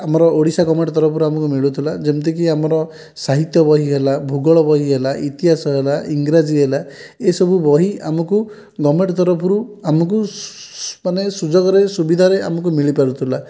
ଆମର ଓଡ଼ିଶା ଗଭର୍ଣ୍ଣମେଣ୍ଟ ତରଫରୁ ଆମକୁ ମିଳୁଥିଲା ଯେମିତିକି ଆମର ସାହିତ୍ୟ ବହି ହେଲା ଭୂଗଳ ବହି ହେଲା ଇତିହାସ ହେଲା ଇଂରାଜୀ ହେଲା ଏହିସବୁ ବହି ଆମକୁ ଗଭର୍ଣ୍ଣମେଣ୍ଟ ତରଫରୁ ଆମକୁ ମାନେ ସୁଯୋଗରେ ସୁବିଧାରେ ଆମକୁ ମିଳିପାରୁଥିଲା